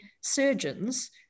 surgeons